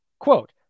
quote